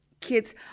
kids